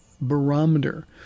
barometer